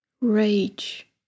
rage